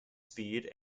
speed